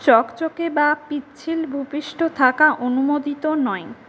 চকচকে বা পিচ্ছিল ভূপৃষ্ঠ থাকা অনুমোদিত নয়